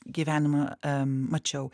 gyvenimą mačiau